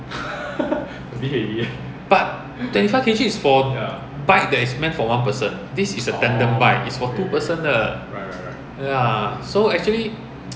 but twenty five K_G is for bike that is meant for one person this is a tandem bike is for two person 的 so actually